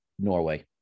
Norway